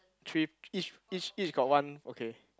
three each each each got one okay